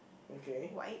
okay